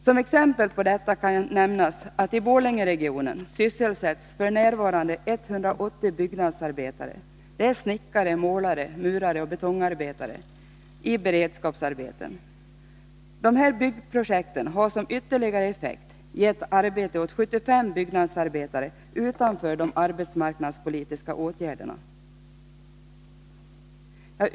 Som exempel på detta kan nämnas att i Borlängeregionen sysselsätts f.n. 180 byggnadsarbetare — snickare, målare, murare, betongarbetare — i beredskapsarbeten. De här byggprojekten har som ytterligare effekt gett arbete åt 75 byggnadsarbetare utanför de arbetsmarknadspolitiska åtgärderna.